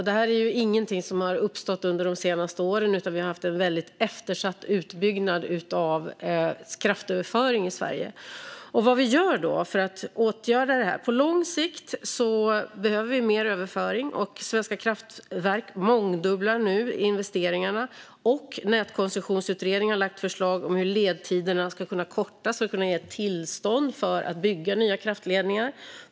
Detta är ingenting som har uppstått under de senaste åren, utan vi har haft en väldigt eftersatt utbyggnad av kraftöverföring i Sverige. Vad gör vi då för att åtgärda detta? På lång sikt behöver vi mer överföring. Svenska kraftnät mångdubblar nu investeringarna, och Nätkoncessionsutredningen har lagt fram förslag om hur ledtiderna ska kunna kortas för att ge tillstånd att bygga nya kraftledningar.